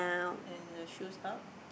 and the shoes out